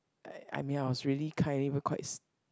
I I mean I was really quite s~